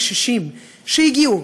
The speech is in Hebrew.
הקשישים שהגיעו,